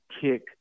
kick